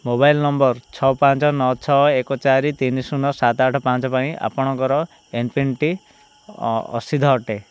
mobile number ଛଅ ପାଞ୍ଚ ନଅ ଛଅ ଏକ ଚାରି ତିନି ଶୂନ ସାତ ଆଠ ପାଞ୍ଚ ପାଇଁ ଆପଣଙ୍କର ଏମ୍ପିନ୍ଟି ଅ ଅସିଦ୍ଧ ଅଟେ